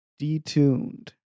detuned